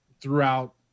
throughout